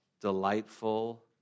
delightful